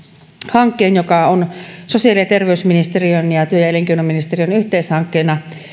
hankkeen joka on sosiaali ja terveysministeriön ja työ ja elinkeinoministeriön yhteishanke